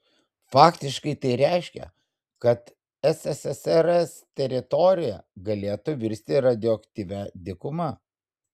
faktiškai tai reiškė kad ssrs teritorija galėtų virsti radioaktyvia dykuma